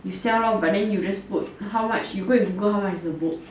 you sell lor but then you just put how much you go and Google how much is the book